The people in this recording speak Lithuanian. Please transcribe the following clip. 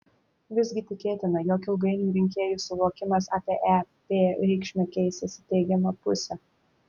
visgi tikėtina jog ilgainiui rinkėjų suvokimas apie ep reikšmę keisis į teigiamą pusę